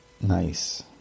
Nice